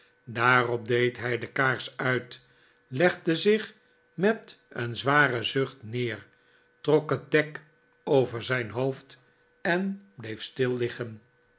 daarop deed hij de kaars uit legde zich met een zwaren zucht neer trok het dek over zijn hoofd en bleef stil liggen